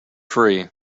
free